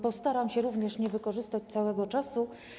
Postaram się również nie wykorzystać całego czasu.